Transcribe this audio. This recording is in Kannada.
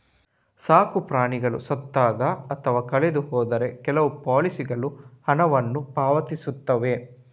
ಸಾಕು ಪ್ರಾಣಿಗಳು ಸತ್ತಾಗ ಅಥವಾ ಕಳೆದು ಹೋದರೆ ಕೆಲವು ಪಾಲಿಸಿಗಳು ಹಣವನ್ನು ಪಾವತಿಸುತ್ತವೆ